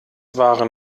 waren